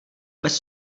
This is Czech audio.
bez